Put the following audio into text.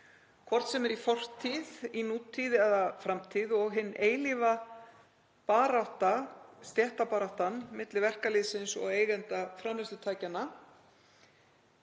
hvort sem er í fortíð, í nútíð eða framtíð og hin eilífa barátta, stéttabaráttan milli verkalýðsins og eigenda framleiðslutækjanna